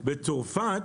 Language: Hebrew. בצרפת,